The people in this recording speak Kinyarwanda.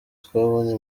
twabonye